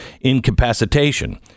incapacitation